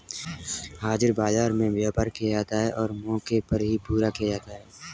हाजिर बाजार में व्यापार किया जाता है और मौके पर ही पूरा किया जाता है